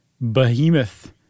behemoth